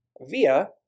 via